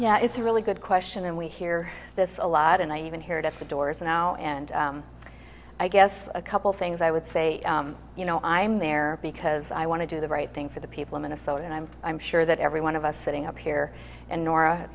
yeah it's a really good question and we hear this a lot and i even hear it at the doors and now and i guess a couple things i would say you know i am there because i want to do the right thing for the people of minnesota and i'm i'm sure that every one of us sitting up here and